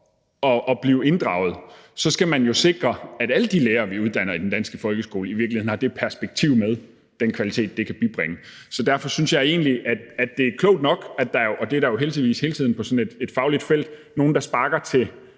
at blive inddraget, skal man jo sikre, at alle de lærere, vi uddanner i den danske folkeskole, i virkeligheden har det perspektiv med – den kvalitet, som det kan bibringe. Så derfor synes jeg egentlig, det er klogt nok, at der er nogen, der sparker til